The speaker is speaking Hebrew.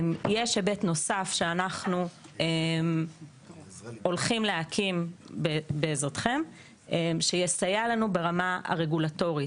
יש היבט נוסף שאנחנו הולכים להקים בעזרתכם שיסייע לנו ברמה הרגולטורית.